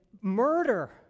murder